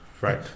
Right